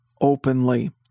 openly